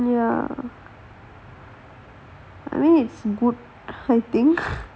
ya I mean it's good I think